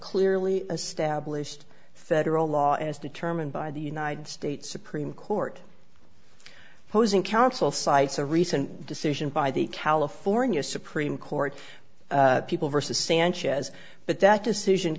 clearly a stablished federal law as determined by the united states supreme court opposing counsel cites a recent decision by the california supreme court people vs sanchez but that decision